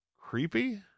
creepy